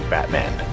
Batman